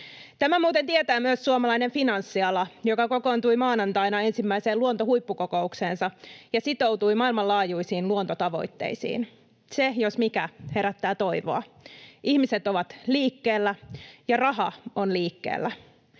Tämän muuten tietää myös suomalainen finanssiala, joka kokoontui maanantaina ensimmäiseen luontohuippukokoukseensa ja sitoutui maailmanlaajuisiin luontotavoitteisiin. Se, jos mikä, herättää toivoa. Ihmiset ovat liikkeellä ja raha on liikkeellä,